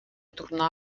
tornar